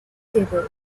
table